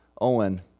Owen